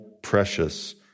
Precious